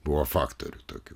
buvo faktorių tokių